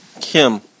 Kim